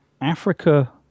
Africa